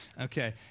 Okay